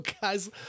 guys